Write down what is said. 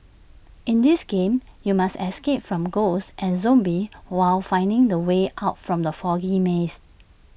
in this game you must escape from ghosts and zombies while finding the way out from the foggy maze